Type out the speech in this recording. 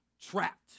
trapped